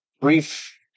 brief